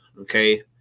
okay